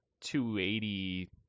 280